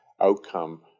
outcome